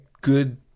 good